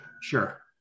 Sure